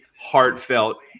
heartfelt